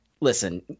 listen